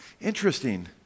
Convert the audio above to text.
Interesting